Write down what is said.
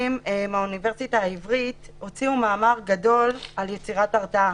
למשפטים מהאוניברסיטה העברית הוציאו מאמר גדול על יצירת הרתעה.